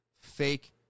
fake